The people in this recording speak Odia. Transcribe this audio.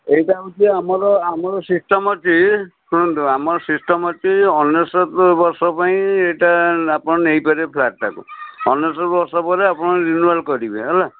ଏଇଟା ହେଉଛି ଆମର ଆମର ସିଷ୍ଟମ୍ ଅଛି ଶୁଣନ୍ତୁ ଆମର ସିଷ୍ଟମ୍ ଅଛି ଅନେଶତ ବର୍ଷ ପାଇଁ ଏଇଟା ଆପଣ ନେଇ ପାରିବେ ଫ୍ଲାଟ୍ଟାକୁ ଅନେଶତ ବର୍ଷ ପରେ ଆପଣ ରିନ୍ୟୁଆଲ୍ କରିବେ ହେଲା